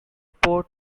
port